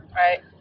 right